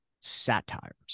satires